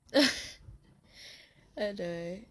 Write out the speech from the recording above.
!aduh!